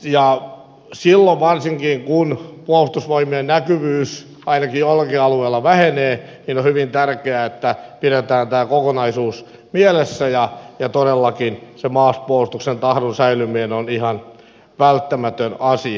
silloin varsinkin kun puolustusvoimien näkyvyys ainakin joillakin alueilla vähenee on hyvin tärkeää että pidetään tämä kokonaisuus mielessä ja todellakin se maanpuolustuksen tahdon säilyminen on ihan välttämätön asia